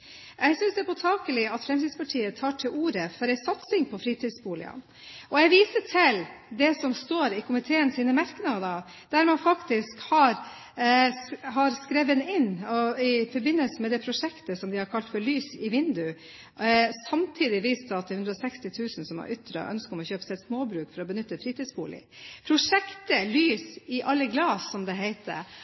Jeg synes det er påtakelig at Fremskrittspartiet tar til orde for satsing på fritidsboliger. Jeg viser til det som står i komiteens merknader, der man har skrevet om prosjektet om lys i alle vindu. Samtidig viser de til de 160 000 som har ytret ønske om å kjøpe seg et småbruk for å bruke dem til fritidsboliger. Prosjektet «Lys i alle glas», som det heter,